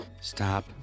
Stop